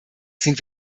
sind